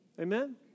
Amen